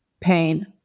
pain